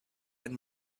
and